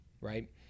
right